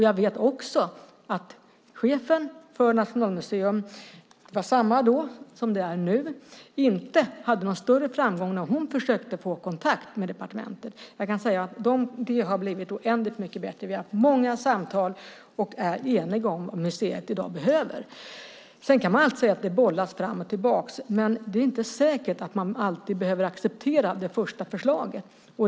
Jag vet också att chefen för Nationalmuseum - det var samma då som det är nu - inte hade någon större framgång när hon försökte få kontakt med departementet. Jag kan säga att det har blivit oändligt mycket bättre. Vi har haft många samtal och är eniga om vad museet i dag behöver. Sedan kan man alltid säga att det bollas fram och tillbaka. Men det är inte säkert att man alltid behöver acceptera det första förslaget.